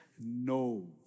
no